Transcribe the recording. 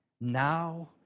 now